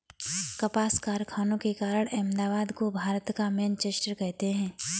कपास कारखानों के कारण अहमदाबाद को भारत का मैनचेस्टर कहते हैं